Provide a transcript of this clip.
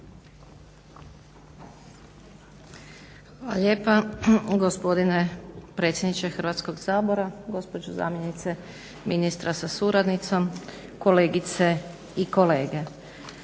Hvala lijepa gospodine predsjedniče Hrvatskog sabora. Gospođo zamjenice ministra sa suradnicom, kolegice i kolege.